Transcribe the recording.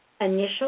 initial